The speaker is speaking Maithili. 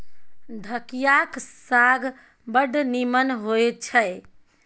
ठढियाक साग बड़ नीमन होए छै